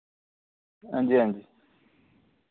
हां जी हां जी